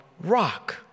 rock